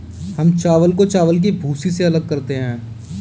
हम चावल को चावल की भूसी से अलग करते हैं